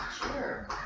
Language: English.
Sure